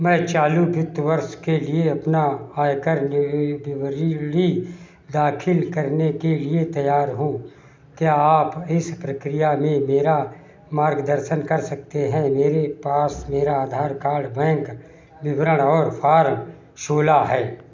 मैं चालू वित्त वर्ष के लिए अपना आयकर विवरणी दाखिल करने के लिए तैयार हूँ क्या आप इस प्रक्रिया में मेरा मार्गदर्शन कर सकते हैं मेरे पास मेरा आधार कार्ड बैंक विवरण और फॉर्म सोलह है